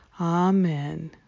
Amen